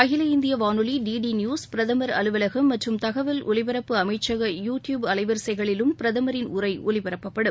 அகில இந்திய வானொலி டி டி நியூஸ் பிரதமர் அலுவலகம் மற்றும் தகவல் ஒலிபரப்பு அமைச்சக யூ டியூப் அலைவரிசைகளிலும் பிரதமரின் உரை ஒலிபரப்பப்படும்